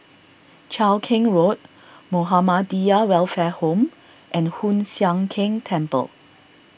Cheow Keng Road Muhammadiyah Welfare Home and Hoon Sian Keng Temple